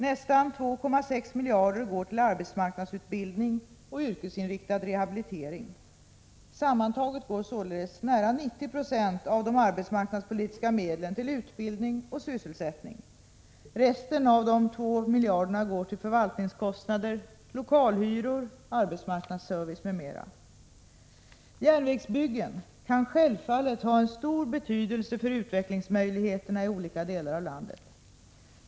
Nästan 2,6 miljarder går till arbetsmarknadsutbildning och yrkesinriktad rehabilitering. Sammantaget går således nära 90 26 av de arbetsmarknadspolitiska medlen till utbildning och sysselsättning. Resterande ca 2 miljarder går till förvaltningskostnader, lokalhyror, arbetsmarknadsservice m.m. Järnvägsbyggen kan självfallet ha stor betydelse för utvecklingsmöjligheterna i olika delar av landet.